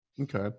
Okay